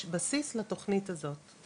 יש בסיס לתוכנית הזאת,